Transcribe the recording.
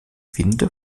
winde